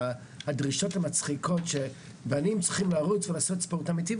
הדרישות המצחיקות שבנים צריכים לרוץ ולעשות ספורט אמיתי,